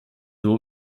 nur